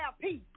peace